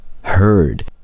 heard